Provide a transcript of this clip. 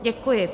Děkuji.